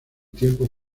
tiempo